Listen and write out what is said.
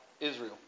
Israel